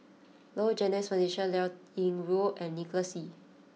Low Jimenez Felicia Liao Yingru and Nicholas Ee